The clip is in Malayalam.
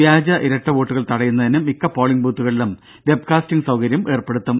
വ്യാജ ഇരട്ട വോട്ടുകൾ തടയുന്നതിന് മിക്ക പോളിങ്ങ് ബൂത്തുകളിലും വെബ്കാസ്റ്റിങ്ങ് സൌകര്യം ഏർപ്പെടുത്തും